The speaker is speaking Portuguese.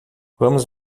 vamos